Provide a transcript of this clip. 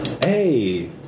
Hey